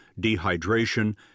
dehydration